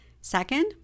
Second